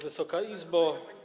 Wysoka Izbo!